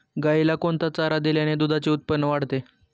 गाईला कोणता चारा दिल्याने दुधाचे उत्पन्न वाढते?